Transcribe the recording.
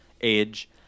age